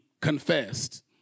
confessed